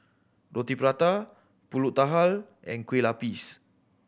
Roti Prata pulut and Kueh Lapis